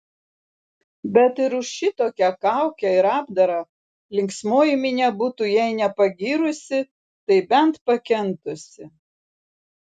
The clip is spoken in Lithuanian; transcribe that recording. bet ir už šitokią kaukę ir apdarą linksmoji minia būtų jei ne pagyrusi tai bent pakentusi